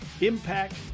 impact